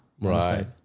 Right